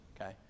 Okay